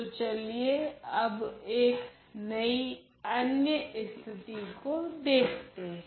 तो चलिए अब एक अन्य स्थिति को देखते हैं